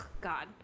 God